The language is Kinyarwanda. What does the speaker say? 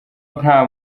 nta